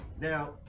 Now